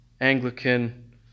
Anglican